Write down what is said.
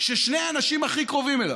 ששני האנשים הכי קרובים אליו,